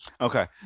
okay